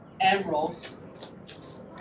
emeralds